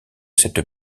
cette